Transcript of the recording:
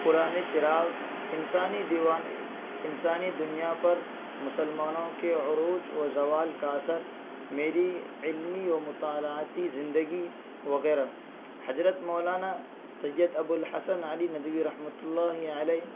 پرانے چراغ انسانی دیوان انسانی دنیا پر مسلمانوں کے عروج و زوال کا اثر میری علمی و مطالعاتی زندگی وغیرہ حضرت مولانا سید ابو الحسن علی ندوی رحمۃ اللّہ علیہ